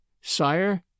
sire